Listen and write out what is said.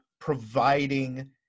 providing